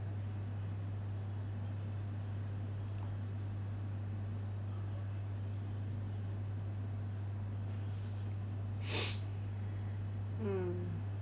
mm